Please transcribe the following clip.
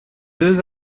deux